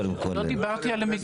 לא דיברתי על המקצועיות.